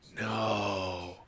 no